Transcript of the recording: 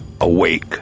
awake